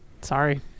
Sorry